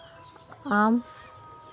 ᱟᱢ